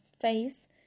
face